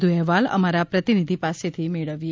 વધુ અહેવાલ અમારા પ્રતિનિધિ પાસેથી મેળવીએ